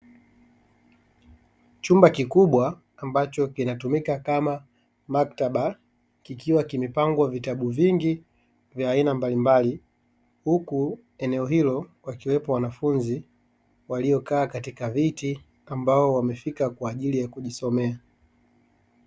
Chumba kikubwa ambacho kinatumika kama maktaba kikiwa kimepangwa vitabu vingi vya aina mbalimbali. Huku eneo hilo wakiwepo wanafunzi waliokaa katika viti ambao wamefika kwa ajili ya kujisomea.